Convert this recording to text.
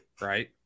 right